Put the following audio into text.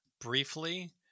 briefly